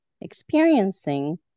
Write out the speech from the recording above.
experiencing